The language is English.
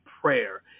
prayer